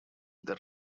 their